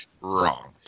wrong